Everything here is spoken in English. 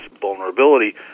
vulnerability